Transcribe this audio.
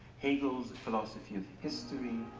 hagel's philosophy of history,